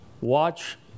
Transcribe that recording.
watch